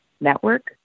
network